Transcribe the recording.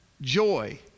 joy